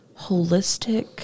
holistic